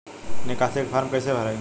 निकासी के फार्म कईसे भराई?